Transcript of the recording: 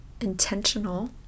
intentional